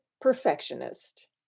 perfectionist